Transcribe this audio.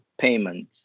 payments